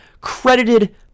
credited